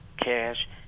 cash